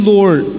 Lord